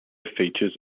features